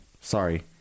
sorry